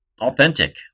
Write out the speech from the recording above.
authentic